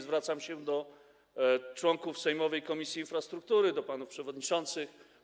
Zwracam się do członków sejmowej Komisji Infrastruktury, do panów przewodniczących.